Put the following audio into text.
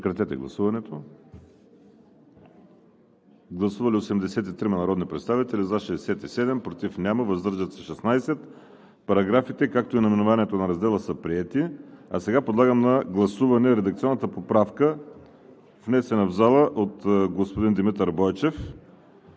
разпоредби“. Гласували 83 народни представители: за 67, против няма, въздържали се 16. Параграфите, както и наименованието на Раздела са приети. Подлагам на гласуване редакционната поправка, внесена в залата от господин Димитър Бойчев